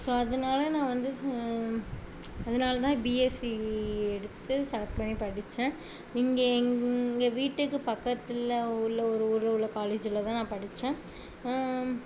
so அதனால நான் வந்து ஸ் அதனால தான் பிஎஸ்சி எடுத்து செலெக்ட் பண்ணி படித்தேன் இங்கே இங்கே வீட்டுக்கு பக்கத்தில் உள்ள ஒரு ஊரில் உள்ள காலேஜில் தான் நான் படித்தேன்